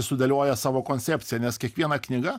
sudėlioja savo koncepciją nes kiekviena knyga